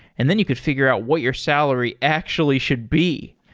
and then you could figure out what your salary actually should be.